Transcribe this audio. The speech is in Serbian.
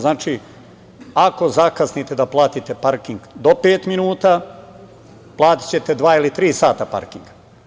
Znači, ako zakasnite da platite parking do pet minuta, platićete dva ili tri sata parking.